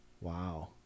Wow